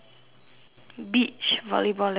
beach volleyball lesson the sign